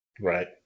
Right